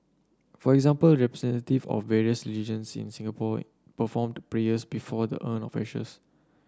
for example representative of various religions in Singapore performed prayers before the urn of ashes